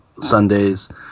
Sundays